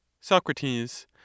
Socrates